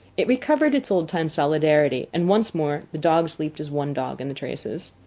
it recovered its old-time solidarity, and once more the dogs leaped as one dog in the traces.